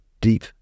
deep